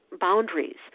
boundaries